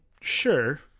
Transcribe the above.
sure